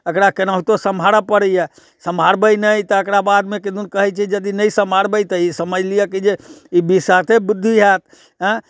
एकरा केनाहितो सम्हारऽ पड़ैये सम्हारबै नहि तऽ एकरा बादमे किदुन कहै छै यदी नहि सम्हारबै तऽ ई समझि लिऽ की जे ई बिसाके बुद्धि होयत एँ